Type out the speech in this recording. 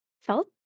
felt